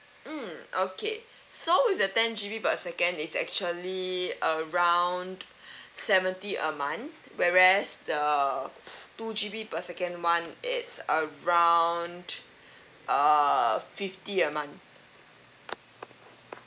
mm okay so with the ten G_B per second it's actually around seventy a month whereas the two G_B per second one it's around err fifty a month